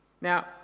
Now